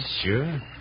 sure